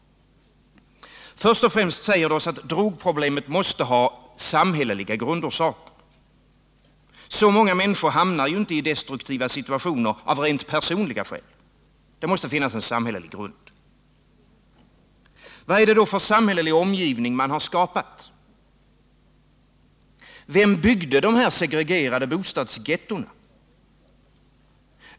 Först och främst säger de oss att drogproblemet måste ha samhälleliga grundorsaker. Så många människor hamnar inte i destruktiva situationer av rent personliga skäl. Det måste finnas en samhällelig grund. Vad är det då för samhällelig omgivning som man har skapat? Vem byggde de här segregerade bostadsgettona?